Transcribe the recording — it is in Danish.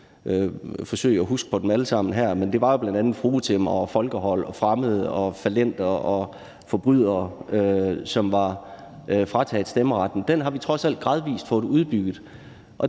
forsøge at huske dem alle sammen her, men det var jo bl.a. fruentimmere og folkehold og fallenter og forbrydere og fremmede som var frataget stemmeretten – trods alt gradvis er blevet udbygget.